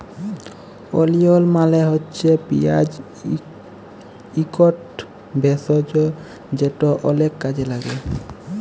ওলিয়ল মালে হছে পিয়াঁজ ইকট ভেষজ যেট অলেক কাজে ল্যাগে